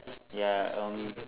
ya um